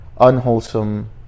unwholesome